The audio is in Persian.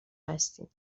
هستیم